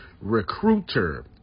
Recruiter